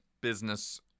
business